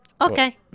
Okay